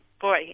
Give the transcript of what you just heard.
boy